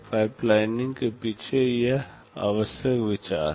pipelining के पीछे यह आवश्यक विचार है